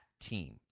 team